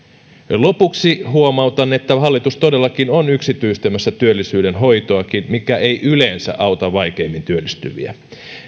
lopuksi huomautan että hallitus todellakin on yksityistämässä työllisyydenhoitoakin mikä ei yleensä auta vaikeimmin työllistyviä